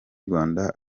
rwanda